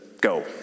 go